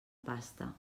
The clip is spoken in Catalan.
pasta